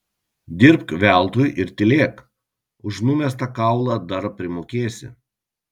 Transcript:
dirbk veltui ir tylėk už numestą kaulą dar primokėsi